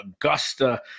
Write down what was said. Augusta